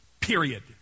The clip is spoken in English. Period